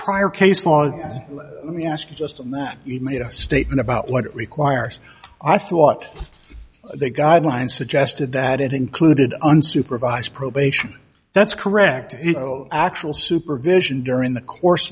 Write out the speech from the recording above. prior case law and ask just that it made a statement about what it requires i thought they guideline suggested that it included unsupervised probation that's correct actual supervision during the course